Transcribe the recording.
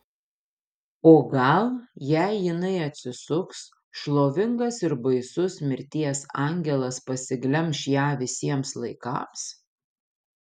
o gal jei jinai atsisuks šlovingas ir baisus mirties angelas pasiglemš ją visiems laikams